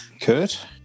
Kurt